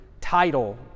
title